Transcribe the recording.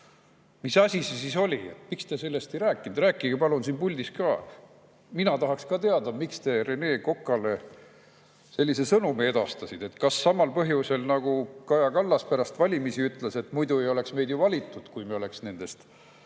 Mis asi see siis oli? Miks te sellest ei rääkinud? Rääkige palun siin puldis sellest. Mina tahaks ka teada, miks te Rene Kokale sellise sõnumi edastasite. Kas samal põhjusel, nagu Kaja Kallas pärast valimisi ütles, et muidu ei oleks neid ju valitud, kui nad oleks nendest